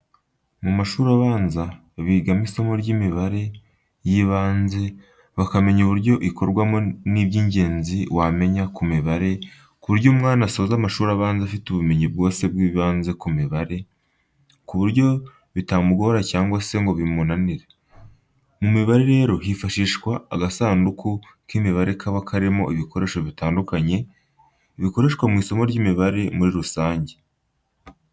Mu mashuri abanza bigamo isomo ry'imibare y'ibanze bakamenya uburyo ikorwamo n'iby'ingenzi wamenya ku mibare ku buryo umwana asoza amashuri abanza afite ubumenyi bwose bw'ibanze ku mibare, ku buryo bitamugora cyangwa se ngo bimunanire. Mu mibare rero hifashishwa agasanduku k'imibare kaba karimo ibikoresho bitandukanye, bikoreshwa mu isomo ry'imibare muri rusange.